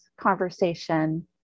conversation